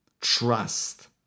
trust